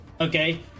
okay